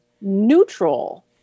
neutral